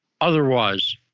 otherwise